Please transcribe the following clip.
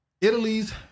Italy's